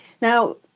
now